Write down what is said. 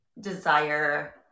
desire